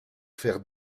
faire